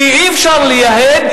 כי אי-אפשר לייהד,